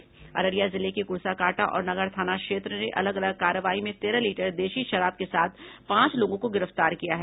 अररिया जिले के कुर्साकांटा और नगर थाना पुलिस ने अलग अलग कार्रवाई में तेरह लीटर देशी शराब के साथ पांच लोगों को गिरफ्तार किया है